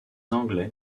anglais